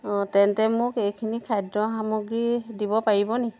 অঁ তেন্তে মোক এইখিনি খাদ্য সামগ্ৰী দিব পাৰিব নি